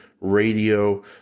radio